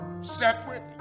separate